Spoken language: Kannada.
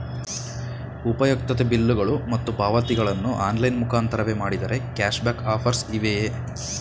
ಉಪಯುಕ್ತತೆ ಬಿಲ್ಲುಗಳು ಮತ್ತು ಪಾವತಿಗಳನ್ನು ಆನ್ಲೈನ್ ಮುಖಾಂತರವೇ ಮಾಡಿದರೆ ಕ್ಯಾಶ್ ಬ್ಯಾಕ್ ಆಫರ್ಸ್ ಇವೆಯೇ?